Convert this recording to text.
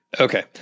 Okay